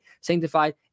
sanctified